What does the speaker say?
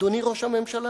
אדוני ראש הממשלה?